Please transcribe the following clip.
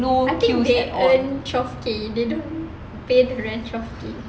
no I think they earn twelve K they don't pay rent twelve K